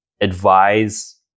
advise